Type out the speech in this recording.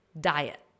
diet